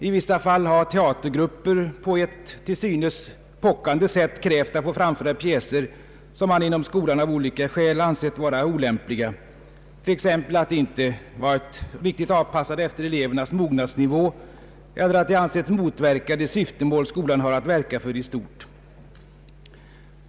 I vissa fall har teatergrupper på ett till synes pockande sätt krävt att få framföra pjäser, som man inom skolan av olika skäl ansett vara olämpliga, t.ex. att de inte varit riktigt avpassade efter elevernas mognadsnivå eller ansetts motverka de syftemål skolan har att verka för i stort.